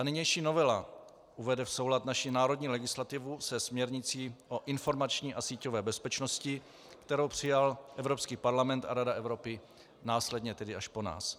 Nynější novela uvede v soulad naši národní legislativu se směrnicí o informační a síťové bezpečnosti, kterou přijal Evropský parlament a Rada Evropy následně tedy až po nás.